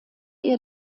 ihr